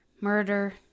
murder